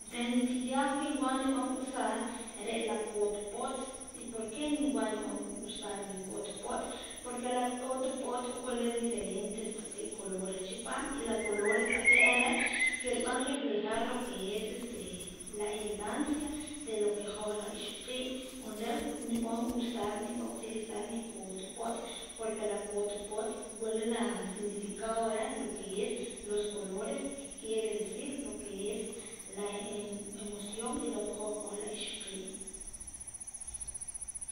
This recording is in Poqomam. Reh nutziyaq que nwa nib'an usar re' la koot p'ot y porque niwa nib'an usar nikoot p'ot porque la koota p'ot wula diferentes taqee' colores reh chi paam y la colores taqee' are' que rib'an reflejar lo que es la elegancia de lo que hoj la ixoqiib' ru'uum re' niwa nib'an utilizar nikoot p'ot porque la koot p'ot wula la significado reh lo que es los colores que quiere decir lo que es la emoción y la hoj re' la ixoqiib'.